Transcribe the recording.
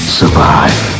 survive